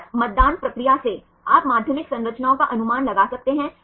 तो सीओ और एनएच समूहों से i और i 4 अवशेषों के बीच आप बांड बना सकते हैं